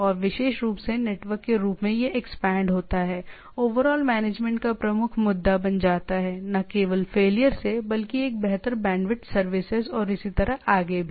और विशेष रूप से नेटवर्क के रूप में यह एक्सपेंड होता है ओवरऑल मैनेजमेंट एक प्रमुख मुद्दा बन जाता है न केवल फेलियर से बल्कि एक बेहतर बैंडविड्थ सर्विस और इसी तरह आगे भी